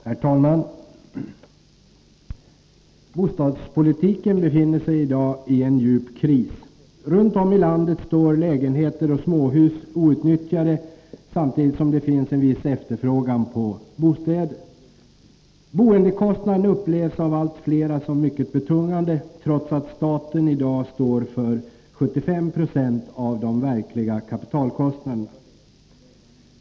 Herr talman! Bostadspolitiken befinner sig i dag i en djup kris. Runt om i landet står lägenheter och småhus outnyttjade samtidigt som det finns en viss efterfrågan på bostäder. Boendekostnaden upplevs av allt flera som mycket betungande, trots att staten i dag står för 75 96 av den verkliga kapitalkostnaden.